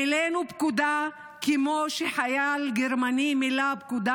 מילאנו פקודה כמו שחייל גרמני מילא פקודה